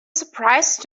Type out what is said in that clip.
surprise